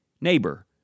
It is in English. neighbor